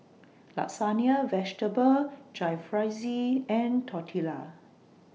Lasagna Vegetable Jalfrezi and Tortillas